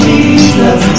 Jesus